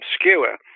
obscure